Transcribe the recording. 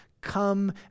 Come